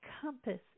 compass